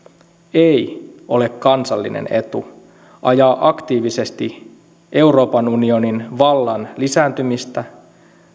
ei ole kansallinen etu ajaa aktiivisesti euroopan unionin vallan lisääntymistä